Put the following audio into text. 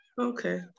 Okay